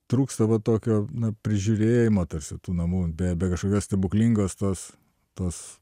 trūksta va tokio na prižiūrėjimo tarsi tų namų be be kažkokios stebuklingos tos tos